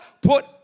put